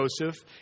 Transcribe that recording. Joseph